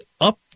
up